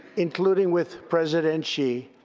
including with president xi.